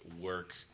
work